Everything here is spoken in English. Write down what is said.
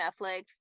Netflix